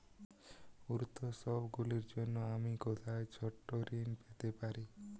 উত্সবগুলির জন্য আমি কোথায় ছোট ঋণ পেতে পারি?